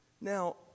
Now